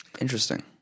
Interesting